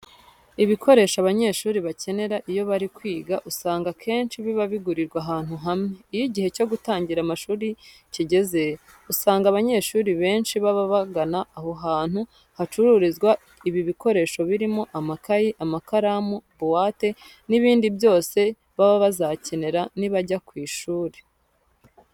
Ibikoresho abanyeshuri bakenera iyo bari kwiga usanga akenshi biba bigurirwa ahantu hamwe. Iyo igihe cyo gutangira amashuri kigeze usanga abanyeshuri benshi baba bagana aho hantu hacururizwa ibi bikoresho birimo amakayi, amakaramu, buwate n'ibindi byose baba bazakenera nibajya ku ishuri.